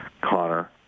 Connor